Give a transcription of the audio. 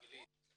אנגלית?